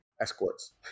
Escorts